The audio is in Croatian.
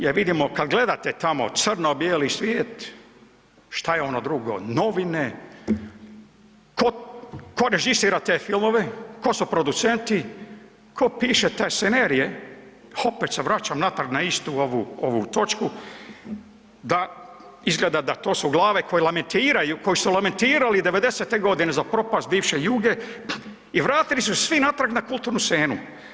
Jer vidimo kad gledate tamo Crno bijeli svijet, šta je ono drugo Novine, tko režisira te filmove, tko su producenti tko piše te scenarije, opet se vraćam natrag na istu ovu, ovu točku da izgleda da to su glave koje lamentiraju koji su lamentirali '90. godine za propast bivše Juge i vratili su svi natrag na kulturnu scenu.